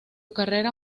carrera